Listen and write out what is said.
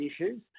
issues